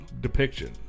depiction